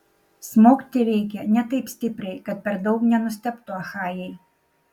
smogti reikia ne taip stipriai kad per daug nenustebtų achajai